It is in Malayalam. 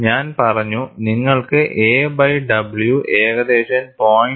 ഞാൻ പറഞ്ഞു നിങ്ങൾക്ക് a ബൈ w ഏകദേശം 0